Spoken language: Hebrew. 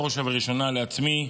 בראש ובראשונה לעצמי,